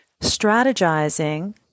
strategizing